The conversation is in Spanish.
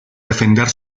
defender